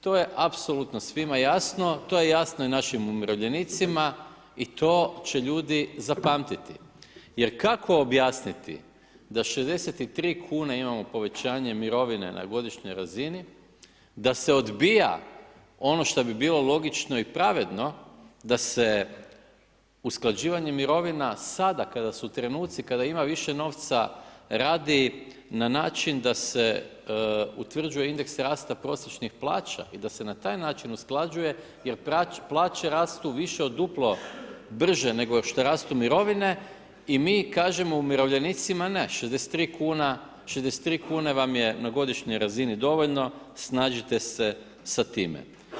To je apsolutno svima jasno, to je jasno i našim umirovljenicima i to će ljudi zapamtiti jer kako objasniti da 63,00 kn imamo povećanje mirovine na godišnjoj razini, da se odbija ono što bi bilo logično i pravedno da se usklađivanje mirovina sada kada su trenuci, kada ima više novca, radi na način da se utvrđuje indeks rasta prosječnih plaća i da se na taj način usklađuje jer plaće rastu više od duplo brže, nego što rastu mirovine i mi kažemo umirovljenicima, ne, 63,00 kn vam je na godišnjoj razini dovoljno, snađite se sa time.